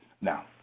Now